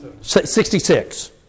Sixty-six